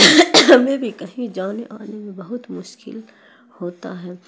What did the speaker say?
ہمیں بھی کہیں جانے آنے میں بہت مشکل ہوتا ہے